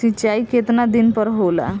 सिंचाई केतना दिन पर होला?